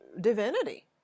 divinity